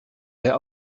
der